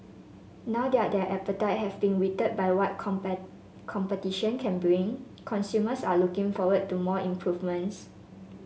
now that their appetite have been whetted by what competition can bring consumers are looking forward to more improvements